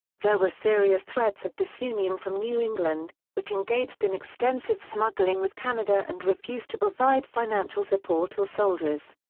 there were serious threats of disunion from new england, which engaged in extensive smuggling with canada and refused to provide financial support or soldiers.